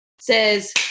says